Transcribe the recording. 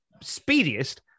speediest